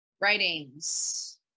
writings